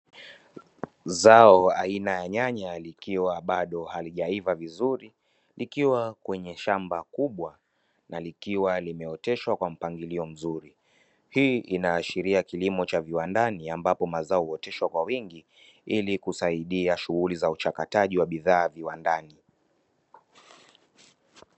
Zao aina ya nyanya likiwa bado halijaiva vizuri likiwa kwenye shamba kubwa na likiwa limeoteshwa kwa mpangilio mzuri, hii inaashiria kilimo cha viwandani ambapo mazao huoteshwa kwa wingi ili kusaidia shughuli za uchakataji wa bidhaa viwandani.